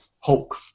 Hulk